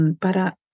para